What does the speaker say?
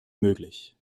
möglich